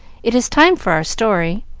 it is time for our story,